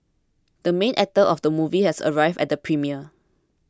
the main actor of the movie has arrived at the premiere